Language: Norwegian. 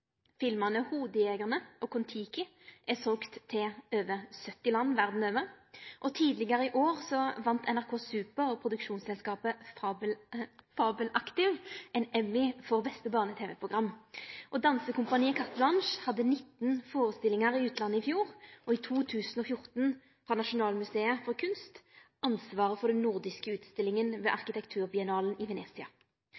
Filmane «Hodejegerne» og «Kon-Tiki» er selde til over 70 land verda over, og tidlegare i år vann NRK Super og produksjonsselskapet Fabelaktiv ein Emmy for beste barne-TV-program. Dansekompaniet Carte Blanche har 19 førestillingar i utlandet i fjor, og i 2014 har Nasjonalmuseet for kunst, arkitektur og design ansvaret for den nordiske utstillinga ved arkitekturbiennalen i Venezia. Dette er